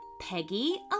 Peggy